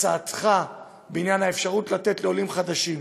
הצעתך בעניין האפשרות לתת לעולים חדשים